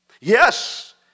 Yes